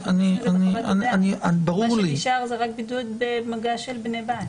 מה שנשאר זה רק בידוד במגע של בני בית.